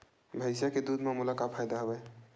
भैंसिया के दूध म मोला का फ़ायदा हवय?